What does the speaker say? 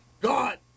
God